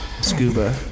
Scuba